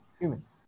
humans